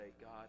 God